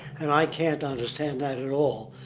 and i can't understand that at all.